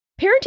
Parenting